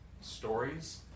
stories